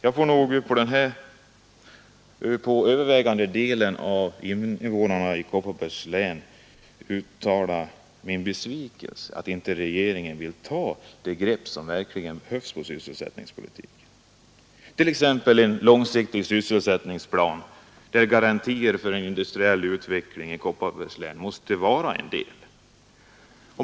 Jag får nog — och här talar jag för övervägande delen av invånarna i Kopparbergs län — uttala min besvikelse över att inte regeringen vill ta det grepp på sysselsättningspolitiken som verkligen behövs och t.ex. upprätta en långsiktig sysselsättningsplan, där garantier för en industriell utveckling i Kopparbergs län måste vara en del.